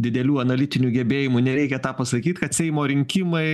didelių analitinių gebėjimų nereikia tą pasakyt kad seimo rinkimai